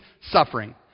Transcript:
suffering